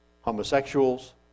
homosexuals